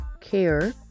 care